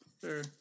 Sure